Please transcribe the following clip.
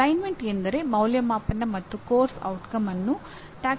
ಇದರ ನಂತರ ಯೋಜನೆಗಳು ಮತ್ತು ಪ್ರಸ್ತುತಿಗಳ ಸೂಚನೆಯನ್ನು ಸಹ ನೋಡೋಣ